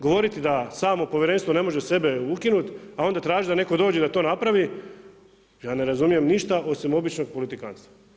Govoriti da samo povjerenstvo ne može sebe ukinuti, a onda tražiti da netko dođe da to napravi ja ne razumijem ništa osim običnog politikantstva.